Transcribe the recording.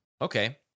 Okay